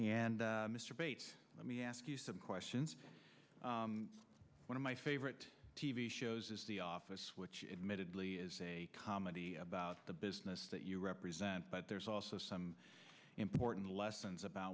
will and mr bates let me ask you some questions one of my favorite t v shows is the office which admittedly is a comedy about the business that you represent but there's also some important lessons about